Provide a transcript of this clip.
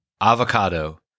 avocado